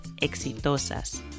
exitosas